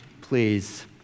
please